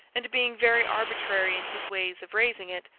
and being very arbitrary in his ways of raising it,